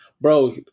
bro